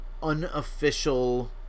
Unofficial